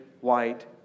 white